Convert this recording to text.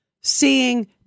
seeing